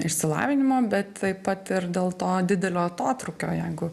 išsilavinimo bet taip pat ir dėl to didelio atotrūkio jeigu